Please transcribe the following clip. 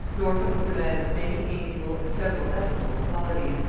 norfolk was a man of many amiable and several estimable qualities,